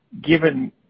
given